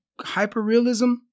hyper-realism